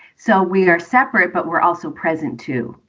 so we are separate. but we're also present, too.